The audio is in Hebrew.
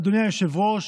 אדוני היושב-ראש,